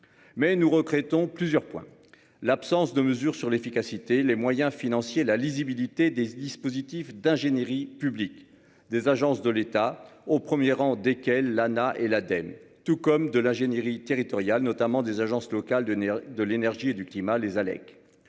Mais nous regrettons plusieurs points l'absence de mesures sur l'efficacité, les moyens financiers, la lisibilité des dispositifs d'ingénierie publique des agences de l'État au 1er rang desquels Lana et l'Laden tout comme de l'ingénierie territoriale notamment des agences locales de nerf de l'énergie et du climat les Alec